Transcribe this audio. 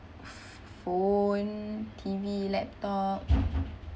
ph~ ph~ phone T_V laptop